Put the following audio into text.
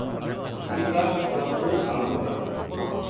ৰিংকাষ্ট বজাবলৈ আৰম্ভ কৰা